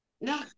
no